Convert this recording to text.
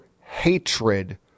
hatred